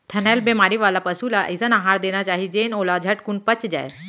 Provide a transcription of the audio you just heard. थनैल बेमारी वाला पसु ल अइसन अहार देना चाही जेन ओला झटकुन पच जाय